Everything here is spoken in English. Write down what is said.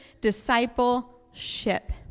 discipleship